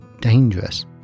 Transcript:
dangerous